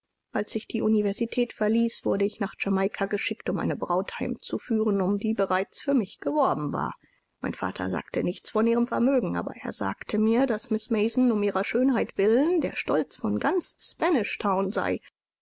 als ich die universität verließ wurde ich nach jamaika geschickt um eine braut heimzuführen um die bereits für mich geworben war mein vater sagte nichts von ihrem vermögen aber er sagte mir daß miß mason um ihrer schönheit willen der stolz von ganz spanish town sei